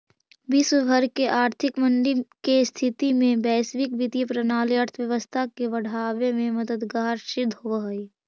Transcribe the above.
विश्व भर के आर्थिक मंदी के स्थिति में वैश्विक वित्तीय प्रणाली अर्थव्यवस्था के बढ़ावे में मददगार सिद्ध होवऽ हई